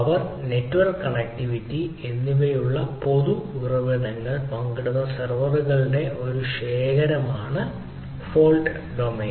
power network connectivity എന്നിവയുള്ള പൊതു ഉറവിടങ്ങൾ പങ്കിടുന്ന സെർവറുകളുടെ ഒരു ശേഖരമാണ് ഫോൾട്ട് ഡൊമെയ്ൻ